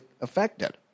affected